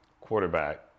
quarterback